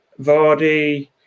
Vardy